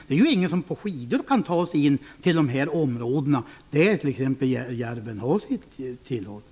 Det är ingen som på skidor kan ta sig in på de områden där t.ex. järven har sitt tillhåll.